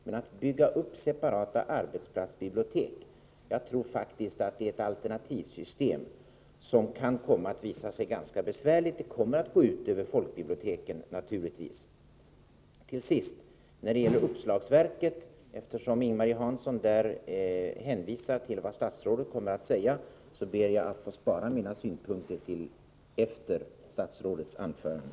Men att bygga upp separata arbetsplatsbibliotek tror vi innebär ett alternativt system som kan komma att visa sig ganska besvärligt, och det kommer naturligtvis också att gå ut över folkbiblioteken. Till sist vill jag beträffande uppslagsverket — eftersom Ing-Marie Hansson hänvisade till vad statsrådet kommer att säga — spara mina synpunkter till efter statsrådets anförande.